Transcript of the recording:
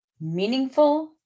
meaningful